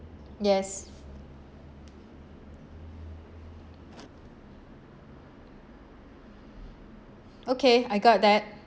yes okay I got that